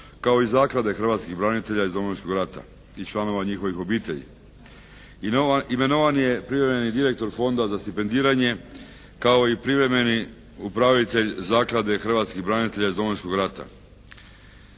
kao i Zaklade hrvatskih branitelja iz Domovinskog rata i članova njihovih obitelji. I imenovan je privremeni direktor Fonda za stipendiranje kao i privremeni upravitelj Zaklade hrvatskih branitelja iz Domovinskog rata.